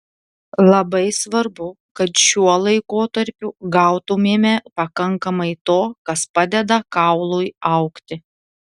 labai svarbu kad šiuo laikotarpiu gautumėme pakankamai to kas padeda kaului augti